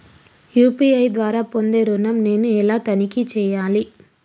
UPI ద్వారా పొందే ఋణం నేను ఎలా తనిఖీ చేయాలి?